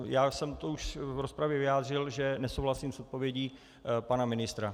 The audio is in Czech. Já jsem to už v rozpravě vyjádřil, že nesouhlasím s odpovědí pana ministra.